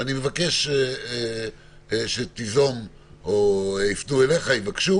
אני מבקש שתיזום או שיפנו אליך, יבקשו